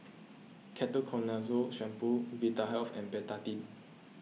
Ketoconazole Shampoo Vitahealth and Betadine